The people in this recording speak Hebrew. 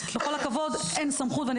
עם כל הכבוד אין סמכות.